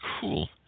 cool